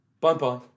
Bye-bye